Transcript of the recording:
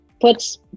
puts